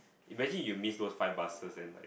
imagine you miss those five buses and like